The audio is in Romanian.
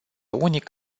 unic